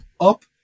up